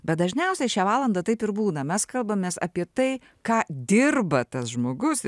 bet dažniausiai šią valandą taip ir būna mes kalbamės apie tai ką dirba tas žmogus